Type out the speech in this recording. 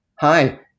hi